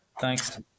Thanks